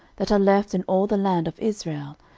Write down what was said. that are left in all the land of israel,